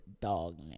dog